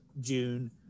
June